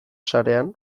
sarean